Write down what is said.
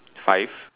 five